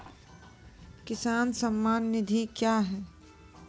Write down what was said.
किसान सम्मान निधि क्या हैं?